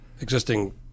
existing